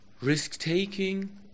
risk-taking